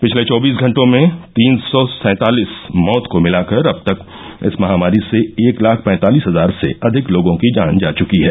पिछले चौबीस घटों में तीन सौ सँतालिस मौत को मिलाकर अब तक इस महामारी से एक लाख पैंतालिस हजार से अधिक लोगों की जान जा चुकी है